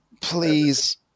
please